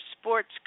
sports